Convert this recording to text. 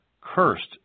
Cursed